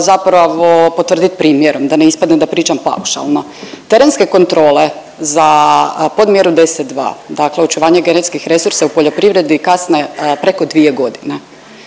zapravo potvrdit primjerom da ne ispadne da pričam paušalno. Terenske kontrole za podmjeru 10.2., dakle očuvanje genetskih resursa u poljoprivredi kasne preko 2.g..